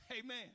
amen